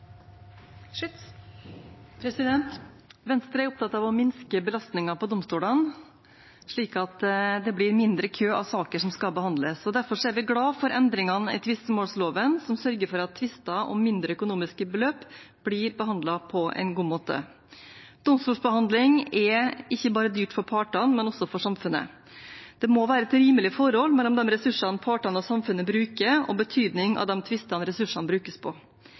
kostnader. Venstre er opptatt av å minske belastningen på domstolene, slik at det blir mindre kø av saker som skal behandles. Derfor er vi glade for endringene i tvistemålsloven som sørger for at tvister om mindre økonomiske beløp blir behandlet på en god måte. Domstolsbehandling er ikke dyrt bare for partene, men også for samfunnet. Det må være et rimelig forhold mellom de ressursene partene og samfunnet bruker, og betydningen av de tvistene ressursene brukes på.